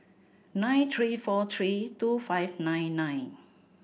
nine three four three two five nine nine